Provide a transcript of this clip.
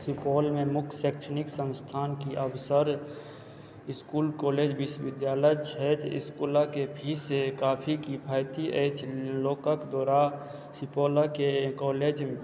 सुपौलमे मुख्य शैक्षणिक संस्थानके अवसर इसकुल कॉलेज विश्वविद्यालय छथि इसकुलके फीस काफी किफायती अछि लोकक द्वारा सुपौलके कॉलेज